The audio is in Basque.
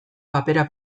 papera